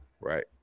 right